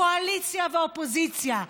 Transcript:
קואליציה ואופוזיציה,